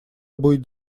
будет